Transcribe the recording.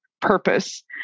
purpose